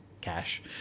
cash